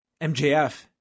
MJF